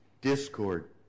discord